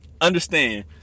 understand